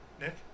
Nick